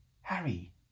Harry